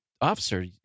officer